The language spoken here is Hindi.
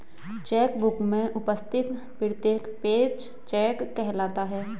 चेक बुक में उपस्थित प्रत्येक पेज चेक कहलाता है